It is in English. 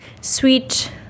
Sweet